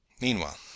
Meanwhile